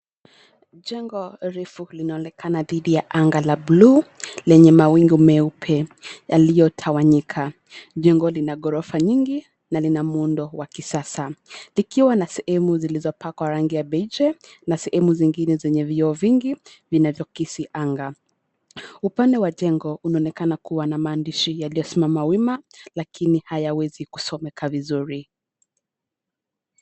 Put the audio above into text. Jengo refu linaonekana dhidi ya anga la bluu lenye mawingu meupe yaliyotawanyika. Jengo lina ghorofa nyingi na lina muundo wa kisasa likiwa na sehemu zilizopakwa rangi ya beije na sehemu zingine zenye vioo vingi vinavyokisianga. Upande wa jengo unaonekana kuwa na maandishi yaliyosimama wima lakini hayawezi kusomeka vizuri.